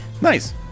Nice